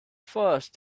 first